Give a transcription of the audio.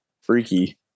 freaky